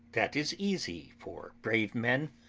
that is easy for brave men.